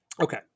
Okay